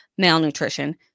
Malnutrition